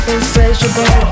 Insatiable